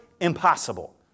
impossible